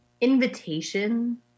invitation